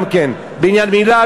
גם כן: בעניין מילה,